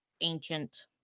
ancient